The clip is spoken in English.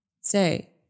Say